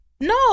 No